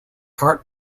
heart